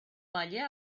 paller